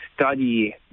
study